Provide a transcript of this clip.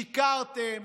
שיקרתם,